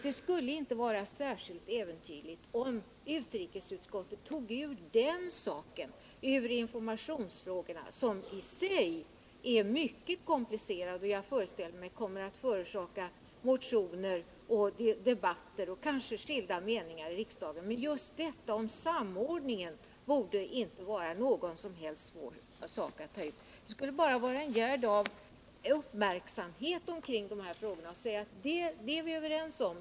Det skulle inte vara särskilt äventyrligt om utrikesutskottet tog ut den saken ur informationsfrågorna som i sig är mycket komplicerade, och jag föreställer mig att de kommer att förorsaka motioner och debatter och kanske skilda meningar i riksdagen. Men just detta om samordningen borde inte alls vara någon svår del att ta ut. Det skulle bara vara en gärd av uppmärksamhet kring dessa frågor, något som säger: Det är vi överens om.